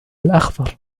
الأخضر